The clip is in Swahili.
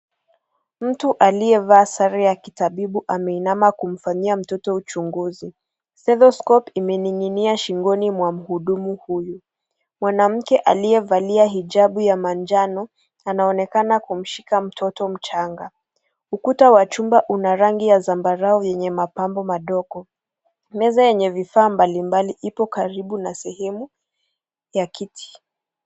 Mtu aliyevaa sare ya kitabibu ameinama na kumfanyia mtoto uchunguzi. stethoscope imening'inia shingoni mwa mhudumu huyu. Mwanamke aliye valia hijabu ya manjano anaonekana kumshika mtoto mchanga. Ukuta wa chumba una rangi ya zambarau yenye mapambo madogo. Meza yenye vifaa mbali mbali iko karibu na sehemu ya kiti.